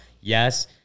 Yes